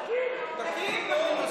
תקים, נו.